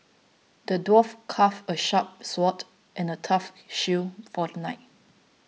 the dwarf crafted a sharp sword and a tough shield for the knight